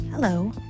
Hello